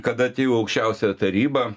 kada atėjau į aukščiausiąją tarybą